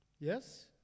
Yes